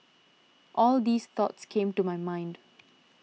all these thoughts came to my mind